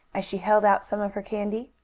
as she held out some of her candy.